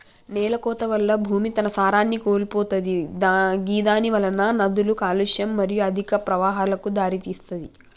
నేలకోత వల్ల భూమి తన సారాన్ని కోల్పోతది గిదానివలన నదుల కాలుష్యం మరియు అధిక ప్రవాహాలకు దారితీస్తది